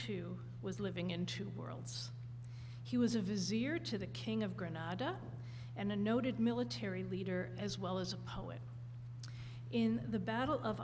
too was living in two worlds he was a visitor to the king of granada and a noted military leader as well as a poet in the battle of